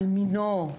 על מינו,